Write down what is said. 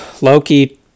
Loki